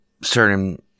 certain